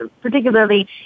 particularly